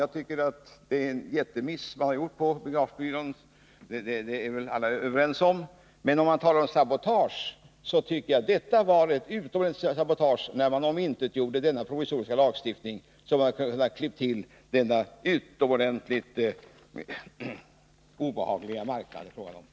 Jag tycker att det är en jättemiss man har gjort på biografbyrån — det är väl också alla överens om. På tal om sabotage tycker jag att det var ett utomordentligt allvarligt sabotage, när man omintetgjorde den provisoriska lagstiftning, som man hade kunnat klippa till med mot den utomordentligt obehagliga videogrammarknad det här är fråga om.